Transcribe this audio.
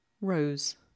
Rose